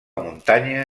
muntanya